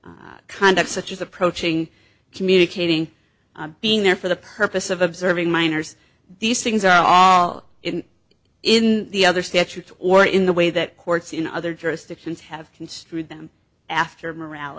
act conduct such as approaching communicating being there for the purpose of observing minors these things are all in the other statute or in the way that courts in other jurisdictions have construed them after morale